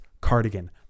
Cardigan